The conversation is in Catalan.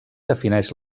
defineix